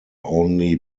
only